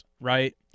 right